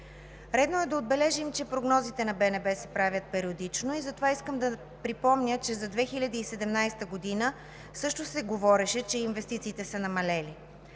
Редно е да отбележим, че прогнозите на БНБ се правят периодично и затова искам да припомня, че за 2017 г. също се говореше, че инвестициите са намалели.